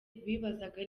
bibazaga